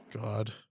God